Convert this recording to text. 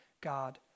God